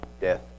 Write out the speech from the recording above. death